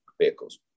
vehicles